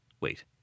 Wait